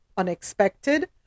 Unexpected